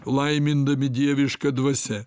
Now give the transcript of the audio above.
laimindami dieviška dvasia